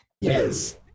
Yes